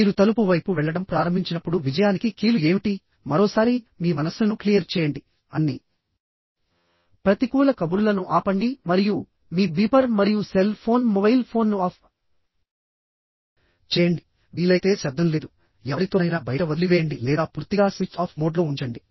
మీరు తలుపు వైపు వెళ్లడం ప్రారంభించినప్పుడు విజయానికి కీలు ఏమిటి మరోసారి మీ మనస్సును క్లియర్ చేయండి అన్ని ప్రతికూల కబుర్లను ఆపండి మరియు మీ బీపర్ మరియు సెల్ ఫోన్ మొబైల్ ఫోన్ను ఆఫ్ చేయండి వీలైతే శబ్దం లేదు ఎవరితోనైనా బయట వదిలివేయండి లేదా పూర్తిగా స్విచ్ ఆఫ్ మోడ్లో ఉంచండి